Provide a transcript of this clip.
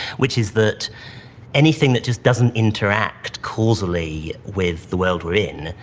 which is that anything that just doesn't interact causally with the world we're in,